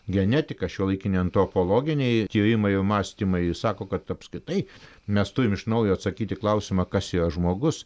genetika šiuolaikiniai antropologiniai tyrimai ir mąstymai jie sako kad apskritai mes turim iš naujo atsakyt į klausimą kas yra žmogus